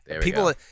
people